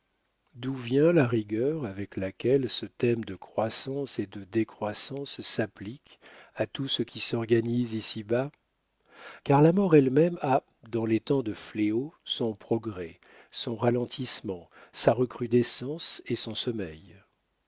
d'où vient la rigueur avec laquelle ce thème de croissance et de décroissance s'applique à tout ce qui s'organise ici-bas car la mort elle-même a dans les temps de fléau son progrès son ralentissement sa recrudescence et son sommeil